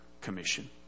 commission